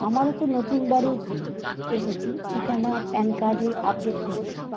আমারও তো নতুন বাড়ির এসেছি ঠিকানা প্যান কার্ডে আপডেট করতে হবে